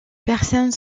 personnes